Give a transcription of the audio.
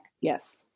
Yes